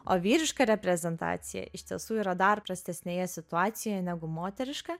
o vyriška reprezentacija iš tiesų yra dar prastesnėje situacijoje negu moteriška